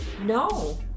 no